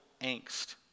angst